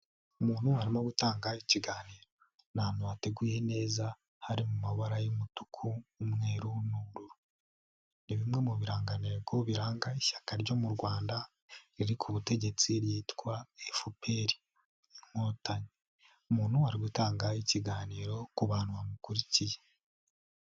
Umuntu arimo gutanga ikiganiro. Ni ahantu hateguye neza, hari mu mabara y'umutuku, umweruru n'ubururu. Ni bimwe mu biranganotego biranga ishyaka ryo mu Rwanda, riri ku butegetsi ryitwa FPR Inkotanyi. umuntu ari gutanga ikiganiro ku bantu bamukurikiye.